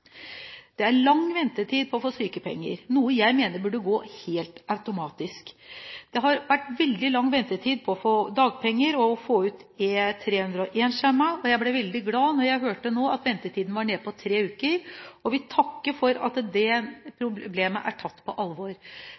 Det er lang ventetid for å få sykepenger, noe jeg mener burde gå helt automatisk. Det har vært veldig lang ventetid for å få dagpenger og E301-skjemaet. Jeg ble veldig glad da jeg hørte at ventetiden var nede i tre uker, og vil takke for at dette problemet er blitt tatt på alvor.